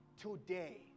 today